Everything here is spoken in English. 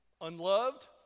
unloved